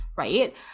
Right